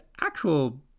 actual